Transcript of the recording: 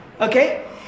okay